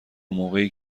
موقعی